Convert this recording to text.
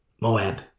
Moab